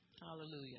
Hallelujah